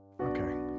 Okay